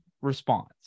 response